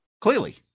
Clearly